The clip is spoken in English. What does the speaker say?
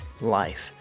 life